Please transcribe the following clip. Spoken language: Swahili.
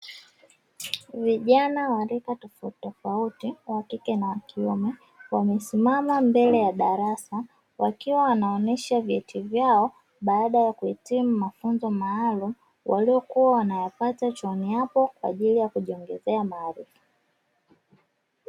Vijana wa rika tofautitofauti wa kike na wa kiume wamesimama mbele ya darasa wakiwa wanaonesha vyeti vyao baada ya kuhitimu mafunzo maalumu, waliokuwa wanayapata chooni hapo kwaajili ya kujiongezea maarifa.